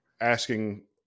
asking